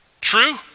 True